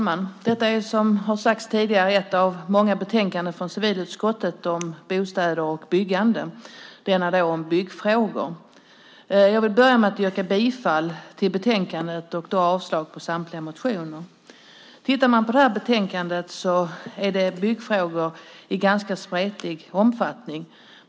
Herr talman! Detta är ett av många betänkanden från civilutskottet om bostäder och byggande. Detta handlar om byggfrågor. Jag börjar med att yrka bifall till förslaget i betänkandet och avslag på samtliga reservationer och motioner. I betänkandet behandlas byggfrågor som spretar åt många håll.